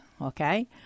Okay